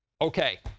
okay